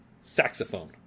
saxophone